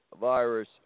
virus